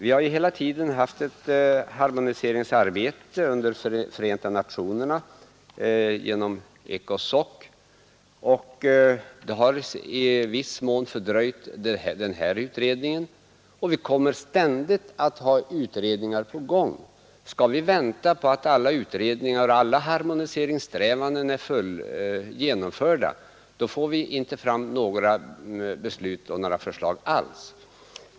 Det har pågått ett fortlöpande harmoniseringsarbete inom Förenta nationerna genom ECOSOC, och det har i viss mån fördröjt denna utredning. Vi kommer ständigt att ha utredningar på gång. Skall vi vänta tills alla utredningar och harmoniseringssträvanden är genomförda, kommer inga som helst beslut och förslag att kunna fattas.